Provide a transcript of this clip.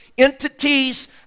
Entities